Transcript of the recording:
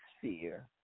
fear